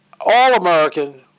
All-American